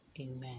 amen